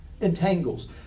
entangles